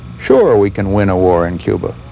sure we can win a war in cuba.